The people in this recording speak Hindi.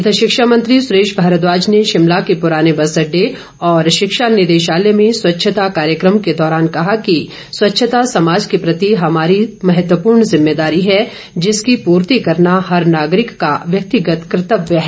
इघर शिक्षा मंत्री सुरेश भारद्वाज ने शिमला के पुराने बस अड्डे और शिक्षा निदेशालय में स्वच्छता कार्यक्रम के दौरान कहा कि स्वच्छता समाज के प्रति हमारी महत्वपूर्ण जिम्मेदारी है जिसकी पूर्ती करना हर नागरिक का व्यक्तिगत कर्त्तव्य है